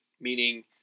meaning